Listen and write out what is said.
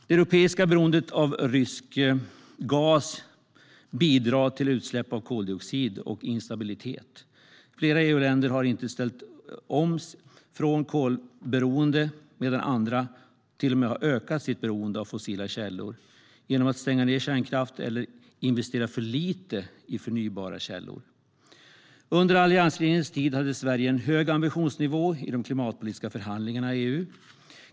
Det europeiska beroendet av rysk gas bidrar till instabilitet och utsläpp av koldioxid. Flera EU-länder har inte ställt om från kolberoende, medan andra till och med har ökat sitt beroende av fossila källor genom att stänga ned kärnkraft eller investera för lite i förnybara källor. Under alliansregeringens tid hade Sverige en hög ambitionsnivå i de klimatpolitiska förhandlingarna i EU.